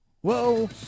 Whoa